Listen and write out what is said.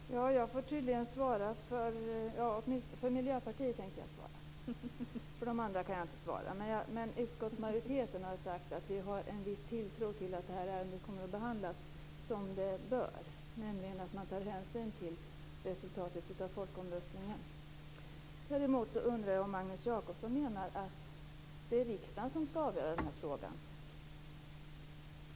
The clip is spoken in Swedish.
Fru talman! Jag får tydligen svara för Miljöpartiet. De andra partierna kan jag inte svara för. Utskottsmajoriteten har sagt att vi har en viss tilltro till att det här ärendet kommer att behandlas som det bör, nämligen att man tar hänsyn till resultatet av folkomröstningen. Däremot undrar jag om Magnus Jacobsson menar att det är riksdagen som skall avgöra denna fråga.